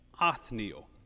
Othniel